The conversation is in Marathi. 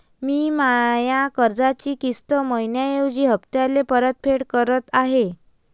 मी माया कर्जाची किस्त मइन्याऐवजी हप्त्याले परतफेड करत आहे